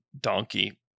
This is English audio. Donkey